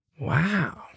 Wow